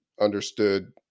understood